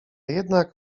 jednak